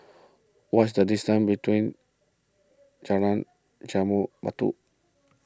what is the distance between Jalan Jambu Batu